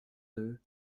deux